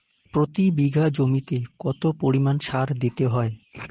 প্রতি বিঘা জমিতে কত পরিমাণ সার দিতে হয়?